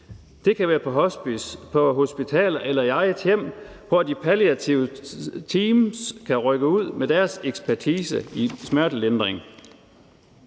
Det kan være på hospice, på hospitalet eller i eget hjem, hvor de palliative teams kan rykke ud med deres ekspertise i smertelindring.